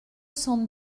cent